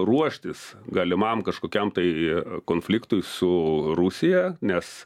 ruoštis galimam kažkokiam tai konfliktui su rusija nes